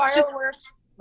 fireworks